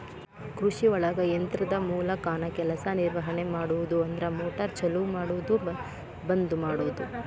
ಕೃಷಿಒಳಗ ಯಂತ್ರದ ಮೂಲಕಾನ ಕೆಲಸಾ ನಿರ್ವಹಣೆ ಮಾಡುದು ಅಂದ್ರ ಮೋಟಾರ್ ಚಲು ಮಾಡುದು ಬಂದ ಮಾಡುದು